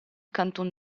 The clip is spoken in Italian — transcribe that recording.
canton